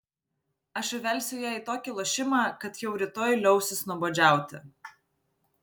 aš įvelsiu ją į tokį lošimą kad jau rytoj liausis nuobodžiauti